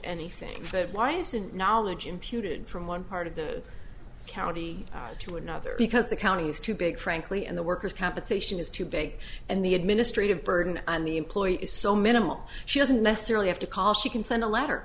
anything why isn't knowledge imputed from one part of the county to another because the county is too big frankly and the workers compensation is too big and the administrative burden on the employee is so minimal she doesn't necessarily have to call she can send a letter